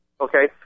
okay